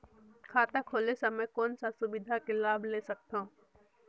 खाता खोले समय कौन का सुविधा के लाभ ले सकथव?